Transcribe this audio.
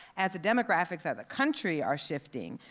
as the demographics of the country are shifting,